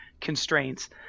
constraints